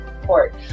support